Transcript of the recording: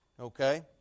Okay